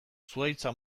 zuhaitza